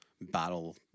battle